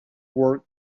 work